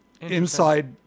inside